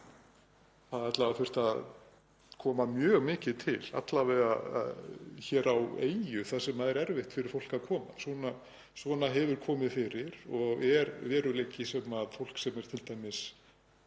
það alla vega þyrfti að koma mjög mikið til, alla vega hér á eyju þar sem er erfitt fyrir fólk að koma. Svona hefur komið fyrir og er veruleiki sem t.d. nágrannaríki